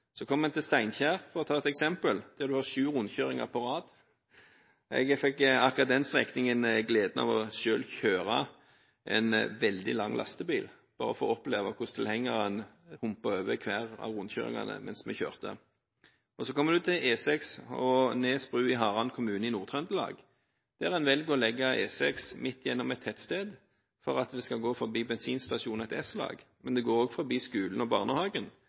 Så kommer en til Steinkjer, for å ta et eksempel, der en har sju rundkjøringer på rad. Jeg fikk på akkurat den strekningen gleden av selv å kjøre en veldig lang lastebil, bare for å oppleve hvordan tilhengeren humpet over hver av rundkjøringene mens vi kjørte. Så kommer en til E6 og Nesbrua i Harran i Nord-Trøndelag, der en velger å legge E6 midt gjennom et tettsted for at den skal gå forbi en bensinstasjon og et S-lag, men den går også forbi skolen og barnehagen.